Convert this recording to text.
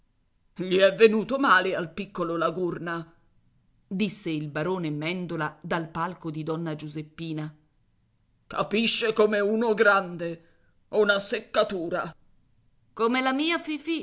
gli è venuto male al piccolo la gurna disse il barone mèndola dal palco di donna giuseppina capisce come uno grande una seccatura come la mia